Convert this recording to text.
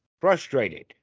frustrated